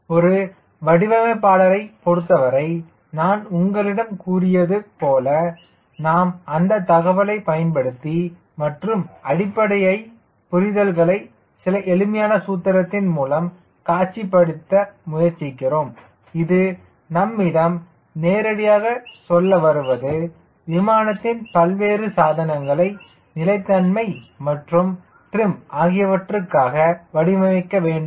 ஒரு வடிவமைப்பாளரைப் பொறுத்தவரை நான் உங்களிடம் கூறியது போல் நாம் அந்தத் தகவல்களைப் பயன்படுத்தி மற்றும் அடிப்படையை புரிதல்களை சில எளிமையான சூத்திரத்தின் மூலம் காட்சிப்படுத்த முயற்சிக்கிறோம் இது நம்மிடம் நேரடியாகச் சொல்ல வருவது விமானத்தின் பல்வேறு சாதனங்களை நிலைத்தன்மை மற்றும் டிரிம் ஆகியவற்றுக்காக வடிவமைக்க வேண்டும்